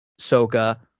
Soka